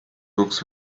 books